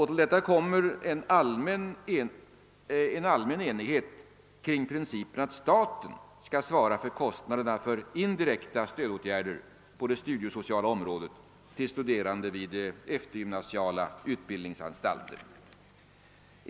Till det ta kommer en allmän enighet kring principen att staten skall svara för kostnaderna för indirekta stödåtgärder på det studiesociala området till studerande vid eftergymnasiala utbildningsanstalter.